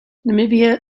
namibia